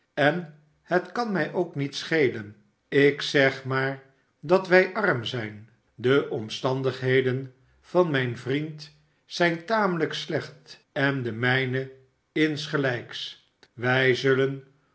sen het kan mij ook nietschelen ik zeg maar dat wij arm zijn de omstandigheden van mijn vriend zijn tamelijk slecht en de mijne insgelijks wij zullen